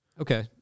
Okay